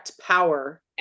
power